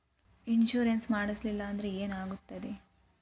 Insurance ಮಾಡಲಿಲ್ಲ ಅಂದ್ರೆ ಏನಾಗುತ್ತದೆ?